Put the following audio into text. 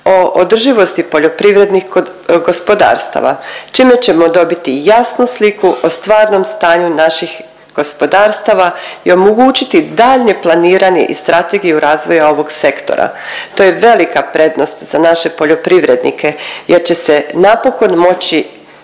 o održivosti poljoprivrednih gospodarstava čime ćemo dobiti jasnu sliku o stvarnom stanju naših gospodarstava i omogućiti daljnje planiranje i strategije u razvoju ovog sektora. To je velika prednost za naše poljoprivrednike jer će se napokon moći